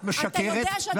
את משקרת,